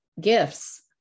gifts